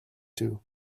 too